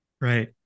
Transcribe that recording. Right